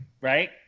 Right